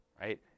right